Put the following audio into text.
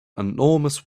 enormous